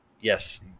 Yes